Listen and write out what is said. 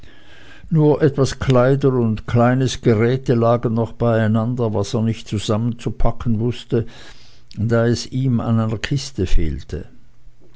nur etwas kleider und kleines geräte lagen noch beieinander was er nicht zusammenzupacken wußte da es ihm an einer kiste fehlte